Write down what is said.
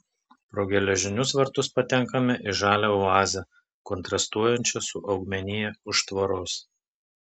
pro geležinius vartus patenkame į žalią oazę kontrastuojančią su augmenija už tvoros